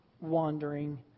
wandering